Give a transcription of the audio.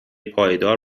پایدار